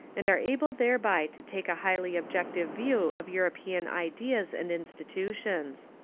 and are able thereby to take a highly objective view of european ideas and institutions.